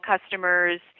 customers